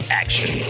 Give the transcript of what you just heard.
action